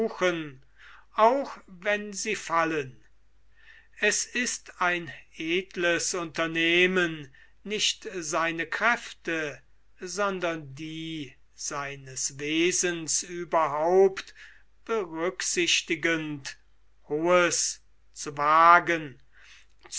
auch wenn sie fallen es ist ein edles unternehmen nicht seine kräfte sondern die seines wesens berücksichtigend hohes zu wagen